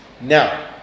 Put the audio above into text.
Now